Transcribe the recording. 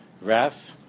wrath